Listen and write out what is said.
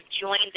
joined